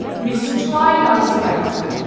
ms. twilight sparke, ah